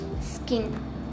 skin